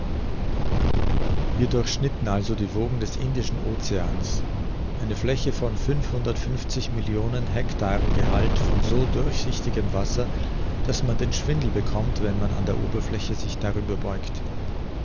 wir durchschnitten also die wogen des indischen oceans eine fläche von fünfhundertfünfzig millionen hektaren gehalt von so durchsichtigem wasser daß man den schwindel bekommt wenn man an der oberfläche sich darüber beugt